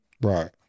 Right